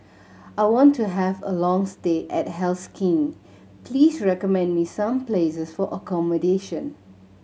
I want to have a long stay at Helsinki please recommend me some places for accommodation